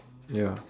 ya